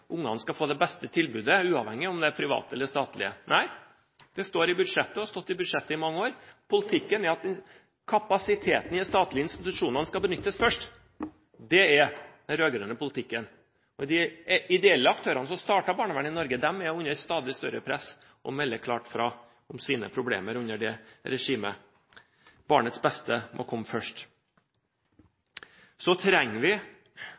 ungene skal få det beste tilbudet uavhengig av om det er privat eller statlig. Nei, det har stått i budsjettet i mange år. Politikken er at kapasiteten i de statlige institusjonene skal benyttes først. Det er den rød-grønne politikken. De ideelle aktørene som startet barnevernet i Norge, er under stadig større press og melder klart fra om sine problemer under dette regimet. Barnas beste må komme først. Vi trenger